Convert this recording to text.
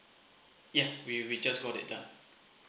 ya we we just go data